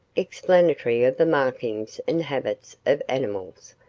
explanatory of the markings and habits of animals,